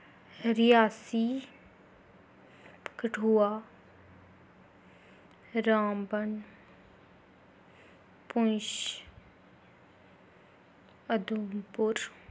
Reasi Kathua Ramban Poonch Udhampur